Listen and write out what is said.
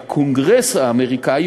בקונגרס האמריקני,